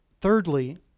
thirdly